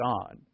God